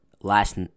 Last